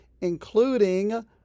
including